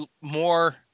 more